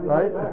Right